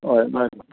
होय बरें बरें